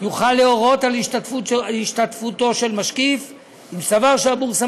יוכל להורות על השתתפותו של משקיף אם סבר שהבורסה